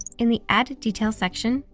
in the ad details section,